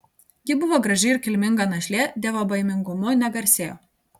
ji buvo graži ir kilminga našlė dievobaimingumu negarsėjo